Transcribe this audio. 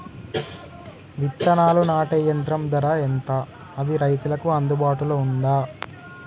విత్తనాలు నాటే యంత్రం ధర ఎంత అది రైతులకు అందుబాటులో ఉందా?